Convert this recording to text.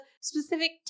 specific